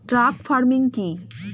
Truck farming কি?